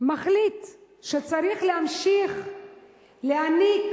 מחליט שצריך להמשיך להיניק